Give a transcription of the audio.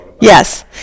yes